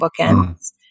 bookends